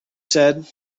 said